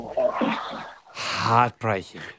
Heartbreaking